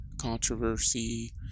controversy